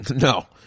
No